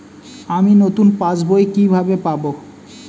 আমি নতুন পাস বই কিভাবে পাব?